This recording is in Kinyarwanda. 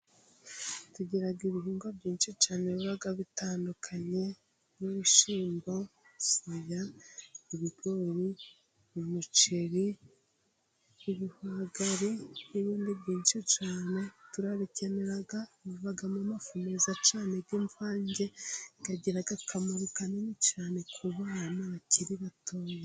Tugira ibihingwa byinshi cyane biba bitandukanye, nk'ibishyimbo, soya, ibigori, umuceri, ibihwagari n'ibindi byinshi cyane. Turabikenera, bivamo amafu meza cyane y'imvange, agira akamaro kanini cyane ku bana bakiri batoya.